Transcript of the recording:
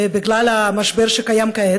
ובגלל המשבר שקיים כעת,